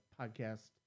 podcast